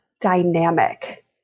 dynamic